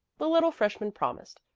the little freshman promised.